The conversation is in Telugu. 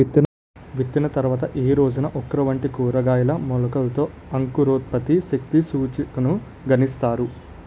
విత్తిన తర్వాత ఏ రోజున ఓక్రా వంటి కూరగాయల మొలకలలో అంకురోత్పత్తి శక్తి సూచికను గణిస్తారు?